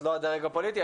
את לא הדרג הפוליטי,